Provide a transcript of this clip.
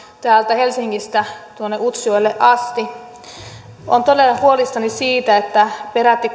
täältä helsingistä tuonne utsjoelle asti olen todella huolissani siitä että peräti